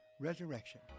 resurrection